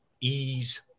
ease